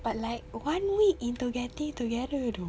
but like one week into getting together though